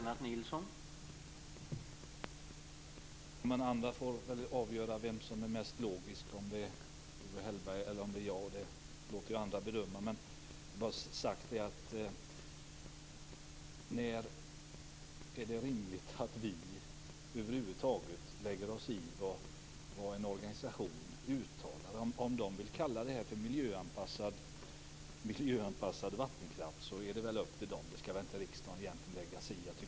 Herr talman! Andra får väl avgöra vem som är mest logisk - om det är Owe Hellberg eller jag. När är det rimligt att vi över huvud taget lägger oss i vad en organisation uttalar? Det är upp till dem om de vill kalla detta för "miljöanpassad vattenkraft". Det skall inte riksdagen lägga sig i.